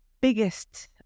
biggest